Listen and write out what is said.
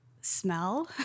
smell